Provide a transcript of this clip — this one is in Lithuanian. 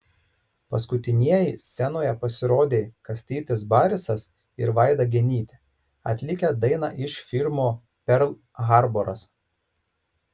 paskutinieji scenoje pasirodė kastytis barisas ir vaida genytė atlikę dainą iš filmo perl harboras